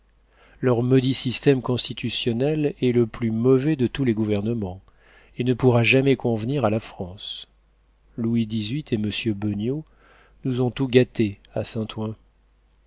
leur maudit système constitutionnel est le plus mauvais de tous les gouvernements et ne pourra jamais convenir à la france louis xviii et m beugnot nous ont tout gâté à saint-ouen